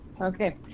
Okay